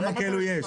כמה כאלה יש?